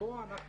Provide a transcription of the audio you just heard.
פה אנחנו